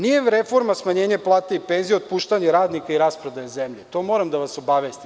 Nije reforma smanjenje plata i penzija, otpuštanje radnika i rasprodaja zemlje, to moram da vas obavestim.